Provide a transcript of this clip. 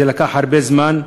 זה לקח הרבה זמן.